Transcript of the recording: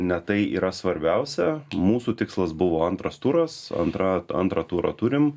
ne tai yra svarbiausia mūsų tikslas buvo antras turas antra antrą turą turim